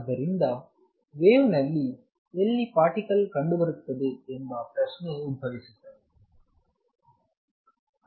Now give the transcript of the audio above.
ಆದ್ದರಿಂದ ವೇವ್ ನಲ್ಲಿ ಎಲ್ಲಿ ಪಾರ್ಟಿಕಲ್ ಕಂಡುಬರುತ್ತದೆ ಎಂಬ ಪ್ರಶ್ನೆ ಉದ್ಭವಿಸುತ್ತದೆ